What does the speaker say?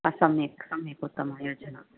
सम्यक् सम्यक् उत्तमा योजना